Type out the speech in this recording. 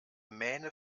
mähne